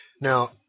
Now